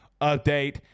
update